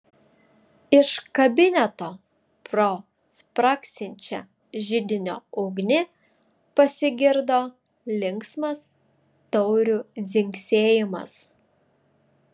iš kabineto pro spragsinčią židinio ugnį pasigirdo linksmas taurių dzingsėjimas